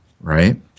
right